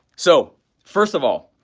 so first of all,